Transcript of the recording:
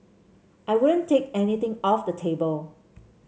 I wouldn't take anything off the table